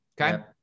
Okay